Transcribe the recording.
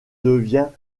devient